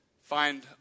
find